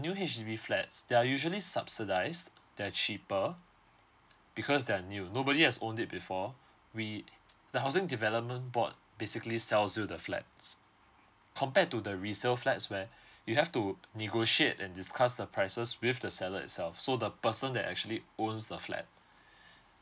new H_D_B flats there are usually subsidise they're cheaper because they are new nobody has own it before we the housing development board basically sells you the flats compared to the resale flats where you have to negotiate and discuss the prices with the seller itself so the person that actually owns the flat